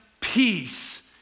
peace